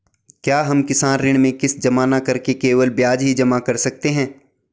क्या हम किसान ऋण में किश्त जमा न करके केवल ब्याज ही जमा कर सकते हैं?